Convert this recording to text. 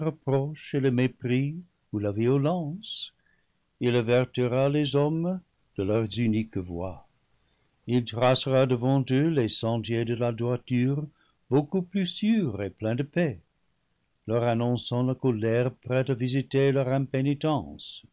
et le mépris ou la violence il avertira les hommes de leurs uniques voies il tracera devant eux les sentiers de la droiture beaucoup plus sûrs et pleins de paix leur annonçant la colère prête à visiter leur impénitence